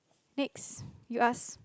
next you ask